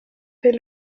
fait